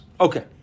Okay